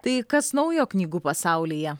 tai kas naujo knygų pasaulyje